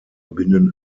binnen